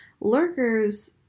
Lurkers